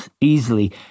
easily